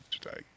today